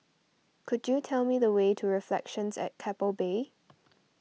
could you tell me the way to Reflections at Keppel Bay